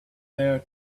there